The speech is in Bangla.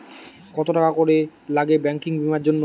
কত টাকা করে লাগে ব্যাঙ্কিং বিমার জন্য?